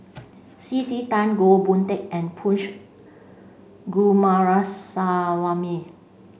C C Tan Goh Boon Teck and Punch Goomaraswamy